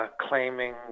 claiming